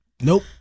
Nope